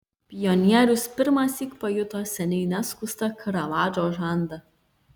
pionierius pirmąsyk pajuto seniai neskustą karavadžo žandą